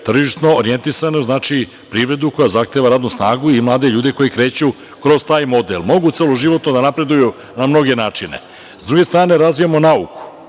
tržišno orjentisanu privredu koja zahteva radnu snagu i mlade ljude koji kreću kroz taj model. Mogu celoživotno da napreduju na mnoge načine.S druge strane, razvijamo nauku,